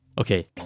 okay